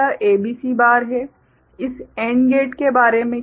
इस AND gate के बारे में क्या